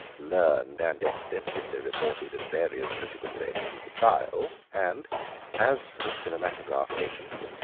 learned, and extensively reported at various critical stages of the trial and as for the cinematograph agents,